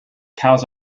cows